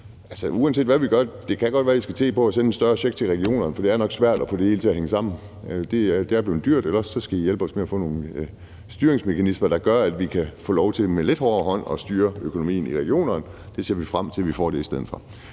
uanset hvad vi gør, kan det godt være, i skal til at se på at sende en større check til regionerne, for det er nok svært at få det hele til at hænge sammen, for det er blevet dyrt, eller også skal I hjælpe os med at få nogle styringsmekanismer, der gør, at vi kan få lov til med lidt hårdere hånd at styre økonomien i regionerne. Vi ser frem til, at vi får det i stedet for.